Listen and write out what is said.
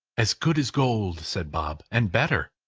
as good as gold, said bob, and better.